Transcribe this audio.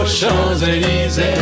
Champs-Élysées